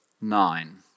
nine